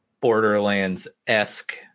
Borderlands-esque